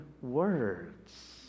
words